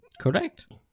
Correct